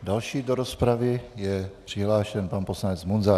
Další do rozpravy je přihlášen pan poslanec Munzar.